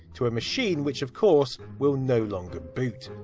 to a machine, which of course, will no longer boot.